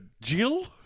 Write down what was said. Jill